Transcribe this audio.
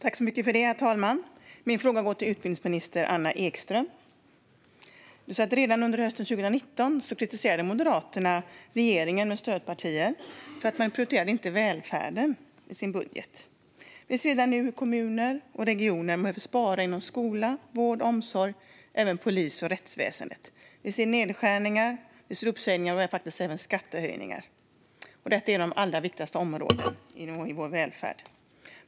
Herr talman! Min fråga går till utbildningsminister Anna Ekström. Redan under hösten 2019 kritiserade Moderaterna regeringen med stödpartier för att inte prioritera välfärden i sin budget. Vi ser redan nu hur kommuner och regioner behöver spara inom skola, vård och omsorg samt inom polis och rättsväsen. Vi ser nedskärningar, uppsägningar och även skattehöjningar, detta inom några av våra viktigaste välfärdsområden.